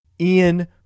Ian